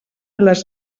les